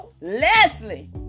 Leslie